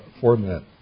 format